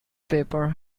paper